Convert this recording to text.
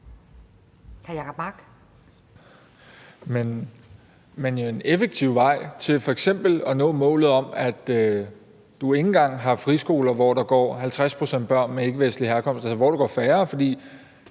En effektiv vej til f.eks. at nå målet om, at man ikke engang har friskoler, hvor der går 50 pct. børn med ikkevestlig herkomst, eller hvor der går færre,